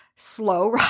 slow